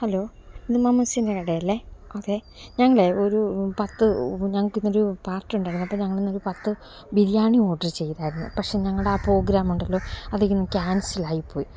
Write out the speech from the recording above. hello ഇത് മമ്മൂസിൻ്റെ കടയല്ലെ അതെ ഞങ്ങളേ ഒരു പത്ത് ഞങ്ങൾക്കിന്നൊരു പാര്ട്ടി ഉണ്ടായിരുന്നു അപ്പം ഞങ്ങൾ ഇന്നൊരു പത്ത് ബിരിയാണി ഓഡറ് ചെയ്തിരുന്നു പക്ഷെ ഞങ്ങളുടെ ആ പോഗ്രാമുണ്ടല്ലോ അത് ഇന്ന് ക്യാന്സലായിപ്പോയി